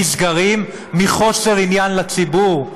נסגרים מחוסר עניין לציבור.